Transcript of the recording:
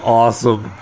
awesome